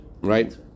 Right